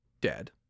dead